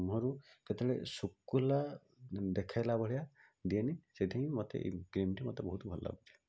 ମୁହଁ ରୁ କେତେବେଳେ ଶୁଖିଲା ଦେଖେଇଲା ଭଳିଆ ଦିଏ ନି ସେଥିପାଇଁ ମୋତେ ଏହି କ୍ରିମ୍ଟି ମୋତେ ବହୁତ ଭଲ ଲାଗୁଛି